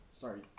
Sorry